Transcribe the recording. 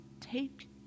take